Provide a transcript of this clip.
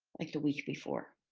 like the week before.